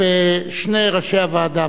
ושני ראשי הוועדה,